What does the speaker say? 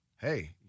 hey